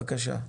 בבקשה.